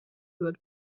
wird